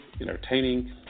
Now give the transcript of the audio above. entertaining